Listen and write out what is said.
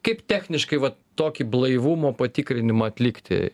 kaip kaip techniškai va tokį blaivumo patikrinimą atlikti